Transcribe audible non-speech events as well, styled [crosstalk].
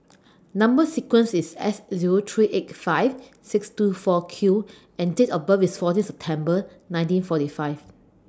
[noise] Number sequence IS S Zero three eight five six two four Q and Date of birth IS fourteen September nineteen forty five